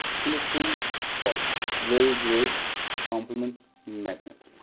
cool spring fall very great compliment magnet